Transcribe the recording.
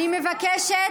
אני מבקשת,